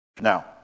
Now